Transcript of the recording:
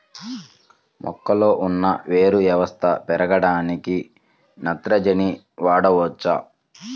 మొక్కలో ఉన్న వేరు వ్యవస్థ పెరగడానికి నత్రజని వాడవచ్చా?